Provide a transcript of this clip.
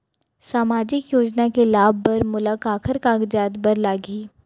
सामाजिक योजना के लाभ बर मोला काखर कागजात बर लागही?